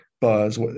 buzz